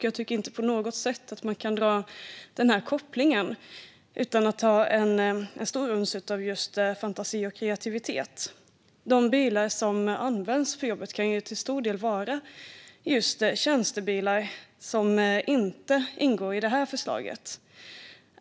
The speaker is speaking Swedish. Jag tycker inte att man på något sätt kan göra den kopplingen utan att ha ett stort uns av just fantasi och kreativitet. De bilar som används i jobbet kan till stor del vara just tjänstebilar, som inte ingår i det här förslaget.